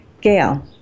Gail